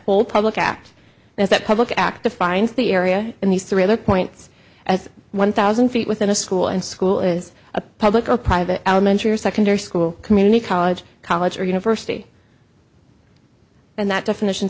whole public act there's that public act the fines the area in these three other points as one thousand feet within a school and school is a public or private elementary or secondary school community college college or university and that definition